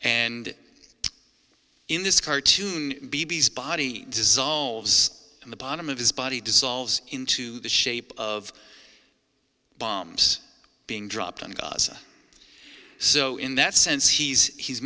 and in this cartoon bibi's body dissolves in the bottom of his body dissolves into the shape of bombs being dropped on gaza so in that sense he's he's